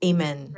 Amen